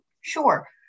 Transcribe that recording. Sure